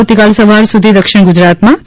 આવતીકાલ સવાર સુધી દક્ષિણ ગુજરાતમાં તો